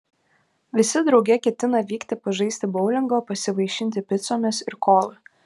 visi drauge ketina vykti pažaisti boulingo pasivaišinti picomis ir kola